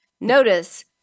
Notice